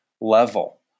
level